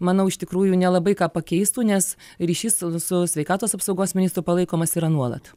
manau iš tikrųjų nelabai ką pakeistų nes ryšys su su sveikatos apsaugos ministro palaikomas yra nuolat